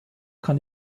kann